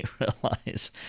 realize